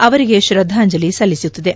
ಅವರಿಗೆ ಶ್ರದ್ದಾಂಜಲಿ ಸಲ್ಲಿಸುತ್ತಿದೆ